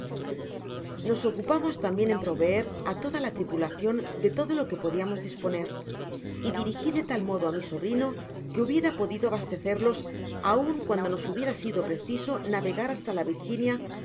nos ocupamos tambien en proveer á la tripulacion de todo lo que podiamos disponer y dirigi de tal modo á mi sobrino que hubiera podido abastecerlos aun cuando nos hubiera sido preciso navegar hasta la virginia ó